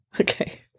Okay